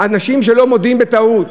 אנשים שלא מודים בטעות.